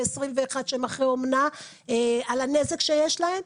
ו-21 שהם אחרי אומנה על הנזק שיש להם.